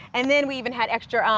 and then we even had extra um